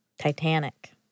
Titanic